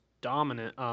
dominant